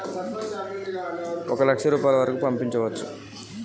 UPI నుండి ఎంత పైసల్ పంపుకోవచ్చు?